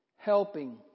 Helping